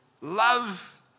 love